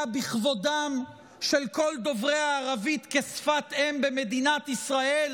בכבודם של כל דוברי הערבית כשפת אם במדינת ישראל?